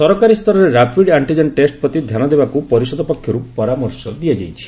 ସରକାରୀ ସ୍ତରରେ rapid antigen test ପ୍ରତି ଧ୍ୟାନ ଦେବାକୁ ପରିଷଦ ପକ୍ଷରୁ ପରାମର୍ଶ ଦିଆଯାଇଛି